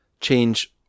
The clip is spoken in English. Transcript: change